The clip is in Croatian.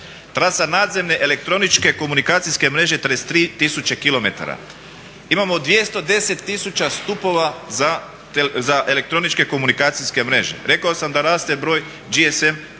trasa nadzemne elektroničke komunikacijske mreže 33 000 kilometara." imao 210 000 stupova za elektroničke komunikacijske mreže. Rekao sam da raste broj GSM